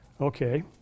Okay